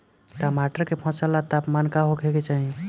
टमाटर के फसल ला तापमान का होखे के चाही?